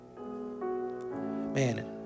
Man